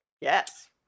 yes